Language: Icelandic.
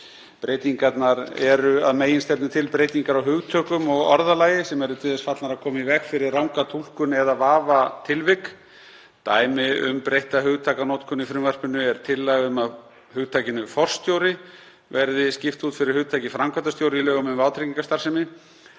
Breytingar frumvarpsins eru að meginstefnu til breytingar á hugtökum og orðalagi sem eru til þess fallnar að koma í veg fyrir ranga túlkun eða vafatilvik. Dæmi um breytta hugtakanotkun í frumvarpinu er tillaga um að hugtakinu forstjóri verði skipt út fyrir hugtakið framkvæmdastjóri í lögum um vátryggingastarfsemi.